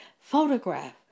photograph